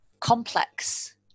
complex